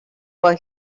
were